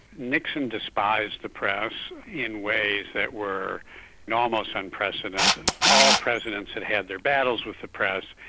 nixon despised the press in ways that were and almost unprecedented. all presidents had had their battles with the press,